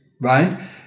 right